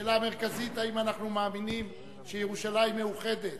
השאלה המרכזית: האם אנחנו מאמינים שירושלים מאוחדת,